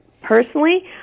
Personally